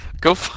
go